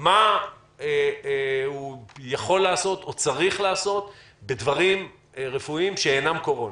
מה הוא יכול או צריך לעשות בדברים רפואיים שאינם קורונה?